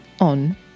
on